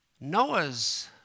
Noah's